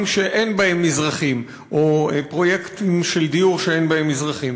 שאין בהם מזרחיים או פרויקטים של דיור שאין בהם מזרחיים,